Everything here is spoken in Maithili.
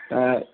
तऽ